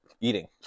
eating